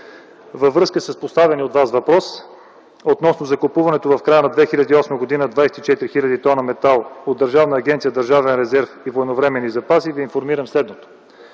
във връзка с поставения от Вас въпрос относно закупуването в края на 2008 г. на 24 хил. т метал от Държавна агенция „Държавен резерв и военновременни запаси” Ви информирам следното.